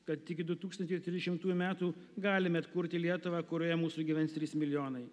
kad iki du tūkstančiai trisšimtųjų metų galime atkurti lietuvą kurioje mūsų gyvens trys milijonai